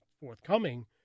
forthcoming